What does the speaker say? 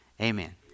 Amen